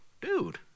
dude